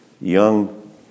young